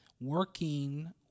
Working